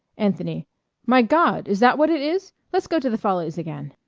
anthony my god! is that what it is? let's go to the follies again.